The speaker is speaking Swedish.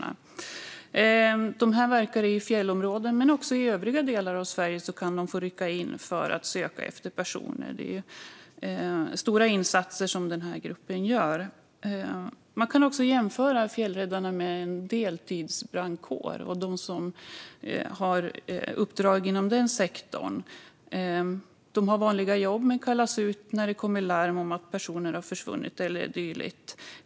Fjällräddarna verkar i fjällområden, men de kan också få rycka ut i övriga delar av Sverige för att söka efter personer. Och det är stora insatser som denna grupp gör. Man kan jämföra fjällräddarna med en deltidsbrandkår och dem som har uppdrag inom denna sektor. De har vanliga jobb men kallas in när det kommer larm om att personer har försvunnit och så vidare.